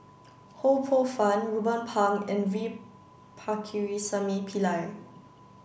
Ho Poh Fun Ruben Pang and V Pakirisamy Pillai